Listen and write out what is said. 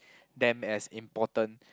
them as important